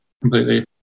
completely